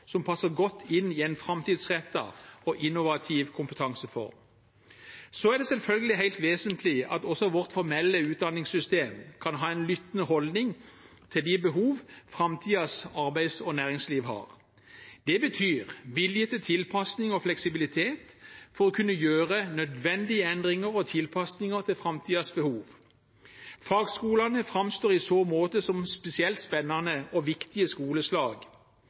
som passer godt inn i en framtidsrettet og innovativ kompetansereform. Så er det selvfølgelig helt vesentlig at også vårt formelle utdanningssystem kan ha en lyttende holdning til de behovene framtidens arbeids- og næringsliv har. Det betyr vilje til tilpasning og fleksibilitet for å kunne gjøre nødvendige endringer og tilpasninger til framtidens behov. Fagskolene framstår i så måte som et spesielt spennende og viktig skoleslag.